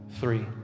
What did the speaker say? three